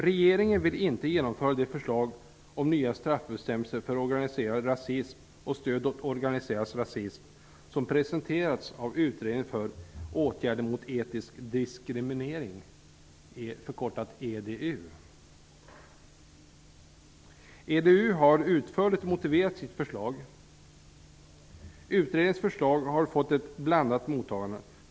Regeringen vill inte genomföra det förslag till nya straffbestämmelser för organiserad rasism och för stöd åt organiserad rasism som presenterats av EDU har utförligt motiverat sitt förslag, som har fått ett blandat mottagande.